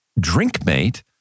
DrinkMate